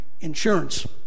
Insurance